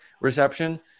reception